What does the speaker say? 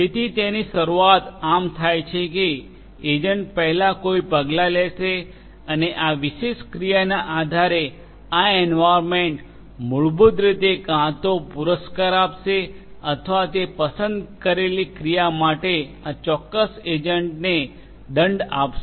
તેથી તેની શરૂઆત આમ થાય છે કે એજન્ટ પહેલા કોઈ પગલાં લેશે અને આ વિશેષ ક્રિયાના આધારે આ એન્વાર્યન્મેન્ટ મૂળભૂત રીતે કાં તો પુરસ્કાર આપશે અથવા તે પસંદ કરેલી ક્રિયા માટે આ ચોક્કસ એજન્ટને દંડ આપશે